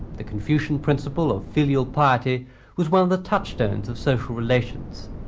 the confucian principle of filial piety was one of the touchstones of social relations,